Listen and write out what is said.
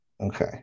okay